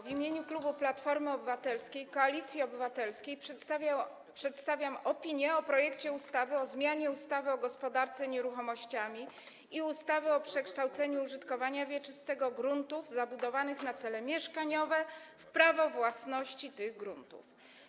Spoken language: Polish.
W imieniu klubu Platformy Obywatelskiej - Koalicji Obywatelskiej przedstawiam opinię o projekcie ustawy o zmianie ustawy o gospodarce nieruchomościami i ustawy o przekształceniu użytkowania wieczystego gruntów zabudowanych na cele mieszkaniowe w prawo własności tych gruntów.